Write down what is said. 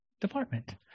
Department